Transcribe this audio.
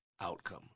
outcome